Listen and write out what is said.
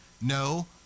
no